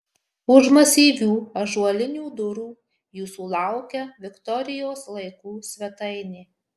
už masyvių ąžuolinių durų jūsų laukia viktorijos laikų svetainė